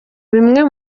bimwe